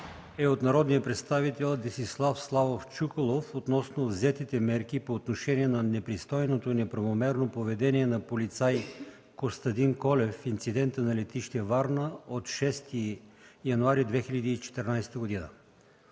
от народния представител Десислав Славов Чуколов относно взетите мерки по отношение на непристойното и неправомерно поведение на полицай Костадин Колев при инцидента на летище Варна от 6 януари 2014 г.